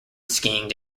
skiing